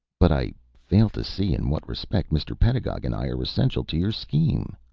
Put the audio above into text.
but i fail to see in what respect mr. pedagog and i are essential to your scheme,